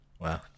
Wow